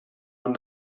man